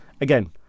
again